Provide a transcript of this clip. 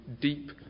deep